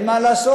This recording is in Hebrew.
אין מה לעשות.